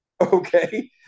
okay